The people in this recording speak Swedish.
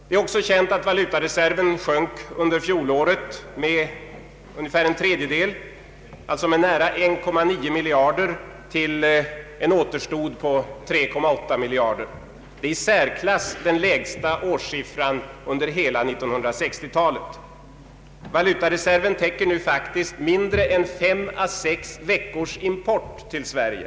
Det är också känt att valutareserven sjönk under fjolåret med ungefär en tredjedel, alltså med nära 1,9 miljarder till 3,8 miljarder, den i särklass lägsta årssiffran under hela 1960-talet. Valutareserven täcker nu faktiskt mindre än 5 å 6 veckors import till Sverige.